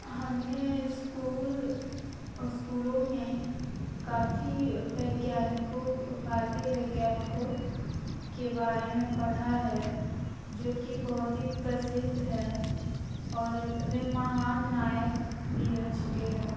हमने स्कूल स्कूलों में काफ़ी वैज्ञानिकों भारतीय वैज्ञानिकों के बारे में पढ़ा है जो कि बहुत ही प्रसिद्ध है और वे महान नायक भी रह चुके हैं